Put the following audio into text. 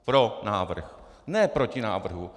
Pro návrh, ne proti návrhu.